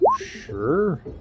Sure